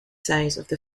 size